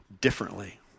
differently